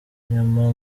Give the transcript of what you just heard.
inyuma